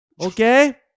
Okay